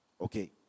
okay